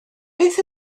beth